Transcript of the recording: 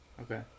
Okay